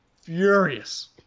furious